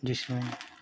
जिसमें